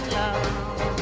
love